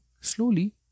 slowly